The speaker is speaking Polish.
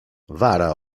wara